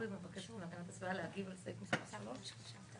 יש לי הערה שהיא ממש טכנית וקטנה לעניין הנוסח של התיקון של תקנה 3